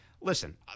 listen